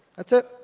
that's it.